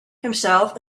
himself